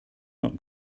not